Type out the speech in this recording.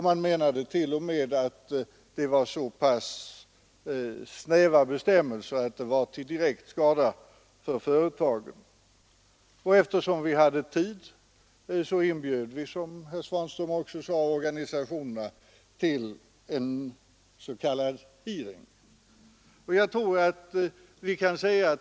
Man menade t.o.m. att bestämmelserna var så snäva att det var till direkt skada för företagen. Eftersom vi hade tid inbjöd vi, som herr Svanström också nämnde, organisationerna till en s.k. hearing.